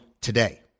today